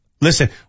Listen